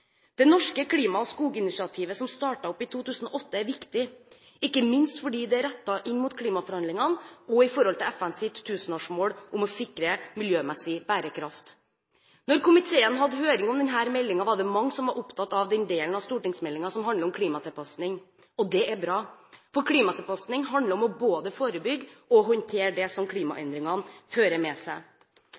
Det norske klima- og skoginitiativet, som startet opp i 2008, er viktig, ikke minst fordi det er rettet inn mot klimaforhandlingene og FNs tusenårsmål om å sikre miljømessig bærekraft. Da komiteen hadde høring om denne meldingen, var det mange som var opptatt av den delen av stortingsmeldingen som handler om klimatilpasning. Det er bra, for klimatilpasning handler om både å forebygge og å håndtere det som klimaendringene fører med seg.